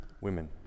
women